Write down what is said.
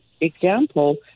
example